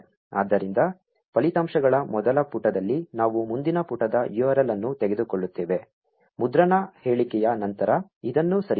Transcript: ಆದ್ದರಿಂದ ಫಲಿತಾಂಶಗಳ ಮೊದಲ ಪುಟದಲ್ಲಿ ನಾವು ಮುಂದಿನ ಪುಟದ URL ಅನ್ನು ತೆಗೆದುಕೊಳ್ಳುತ್ತೇವೆ ಮುದ್ರಣ ಹೇಳಿಕೆಯ ನಂತರ ಇದನ್ನು ಸರಿಸೋಣ